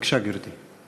בבקשה, גברתי.